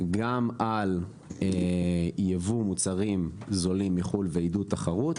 גם על ייבוא מוצרים זולים מחו"ל ועידוד תחרות,